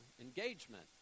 engagement